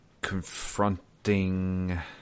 confronting